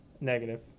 negative